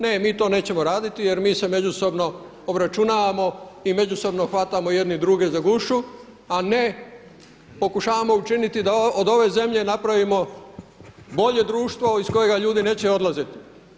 Ne mi to nećemo raditi jer mi se međusobno obračunavamo i međusobno hvatamo jedni druge za gušu, a ne pokušavamo učiniti da od ove zemlje napravimo bolje društvo iz kojega ljudi neće odlaziti.